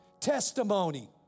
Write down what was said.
testimony